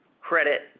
credit